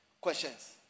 questions